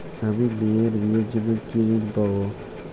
আমি মেয়ের বিয়ের জন্য কি ঋণ পাবো?